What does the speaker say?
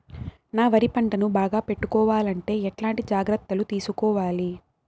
నా వరి పంటను బాగా పెట్టుకోవాలంటే ఎట్లాంటి జాగ్రత్త లు తీసుకోవాలి?